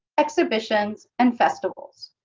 exhibitions, and festivals.